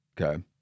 okay